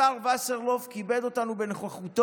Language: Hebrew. השר וסרלאוף כיבד אותנו בנוכחותו,